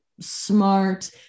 smart